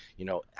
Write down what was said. you know,